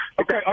Okay